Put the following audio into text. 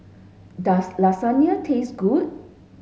does Lasagne taste good